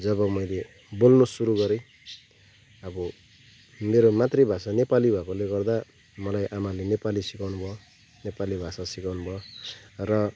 जब मैले बोल्न सुरु गरेँ अब मेरो मातृभाषा नेपाली भएकोले गर्दा मलाई आमाले नेपाली सिकाउनुभयो नेपाली भाषा सिकाउनुभयो र